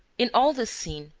in all this scene,